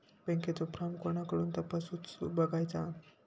बँकेचो फार्म कोणाकडसून तपासूच बगायचा?